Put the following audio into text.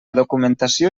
documentació